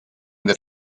that